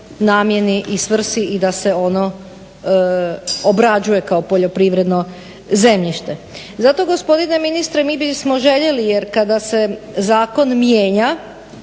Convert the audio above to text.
namjeni i svrsi i da se ono obrađuje kao poljoprivredno zemljište. Zato gospodine ministre mi bismo željeli jer kada se zakon mijenja